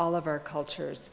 all of our cultures